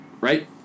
Right